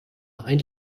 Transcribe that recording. ein